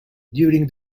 during